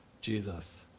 Jesus